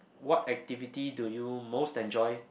what activity do you most enjoy